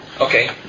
Okay